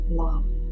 love